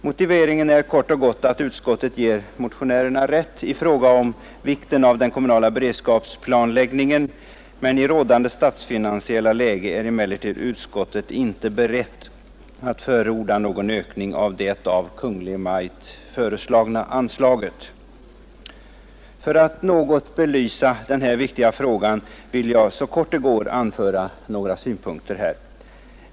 Motiveringen är kort och gott att utskottet ger motionärerna rätt i fråga om vikten av den kommunala beredskapsplanläggningen, men i rådande statsfinansiella läge är utskottet inte berett att förorda någon ökning av det av Kungl. Maj:t föreslagna anslaget. För att något belysa den här viktiga frågan vill jag så kort som möjligt anföra några synpunkter.